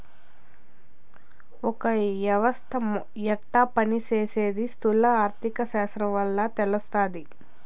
ఒక యవస్త యెట్ట పని సేసీది స్థూల ఆర్థిక శాస్త్రం వల్ల తెలస్తాది